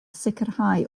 sicrhau